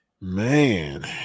man